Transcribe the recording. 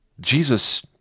Jesus